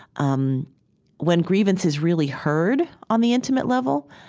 um when grievance is really heard on the intimate level,